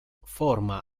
forma